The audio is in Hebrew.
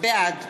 בעד